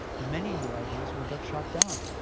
many new ideas will get shot down.